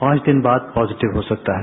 पांच दिन बाद पॉजिटिव हो सकता है